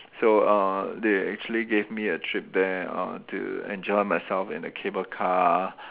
so uh they actually gave me a trip there uh to enjoy myself in the cable car